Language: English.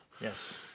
Yes